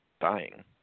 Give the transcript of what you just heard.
dying